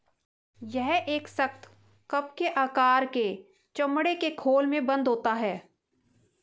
यह एक सख्त, कप के आकार के चमड़े के खोल में बन्द होते हैं